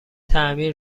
تعمیر